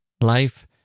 Life